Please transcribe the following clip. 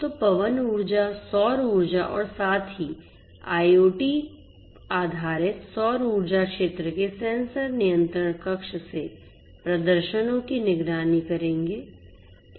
तो पवन ऊर्जा सौर ऊर्जा और साथ ही IoT आधारित सौर ऊर्जा क्षेत्र के सेंसर नियंत्रण कक्ष से प्रदर्शनों की निगरानी करेंगे